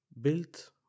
built